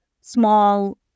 small